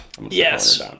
Yes